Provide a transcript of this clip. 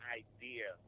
idea